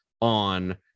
on